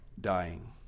dying